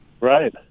Right